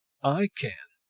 i can